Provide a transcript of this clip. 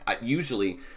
Usually